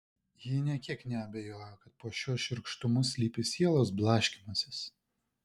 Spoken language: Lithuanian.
ji nė kiek neabejojo kad po šiuo šiurkštumu slypi sielos blaškymasis